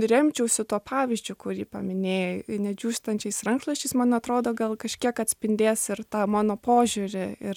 remčiausi tuo pavyzdžiu kurį paminėjai nedžiūstančiais rankšluosčiais man atrodo gal kažkiek atspindės ir tą mano požiūrį ir